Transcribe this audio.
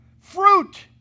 Fruit